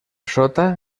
sota